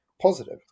positive